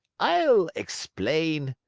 i'll explain,